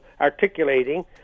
articulating